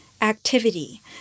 activity